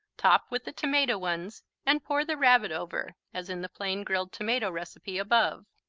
top with the tomato ones and pour the rabbit over, as in the plain grilled tomato recipe above.